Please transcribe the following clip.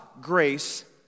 grace